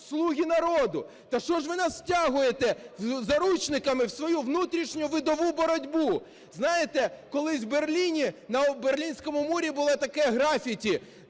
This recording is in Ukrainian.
"Слуги народу". Та що ж ви нас втягуєте заручниками в свою внутрішню видову боротьбу?! Знаєте, колись у Берліні, на Берлінському мурі було таке графіті: